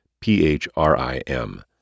P-H-R-I-M